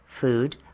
food